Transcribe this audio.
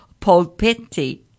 polpetti